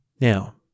Now